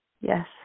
Yes